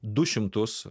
du šimtus